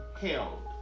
held